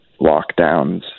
lockdowns